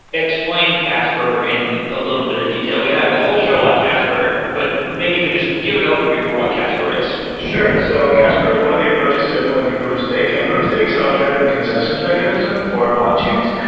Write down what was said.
explain casper in a little bit of detail. we have a whole show on casper, but maybe you could just give an overview for what casper is. sure. so casper is one of the approaches to implementing proof of stake, and proof of stake is an alternative consensus mechanism for blockchains.